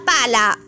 Pala